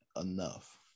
enough